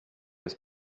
his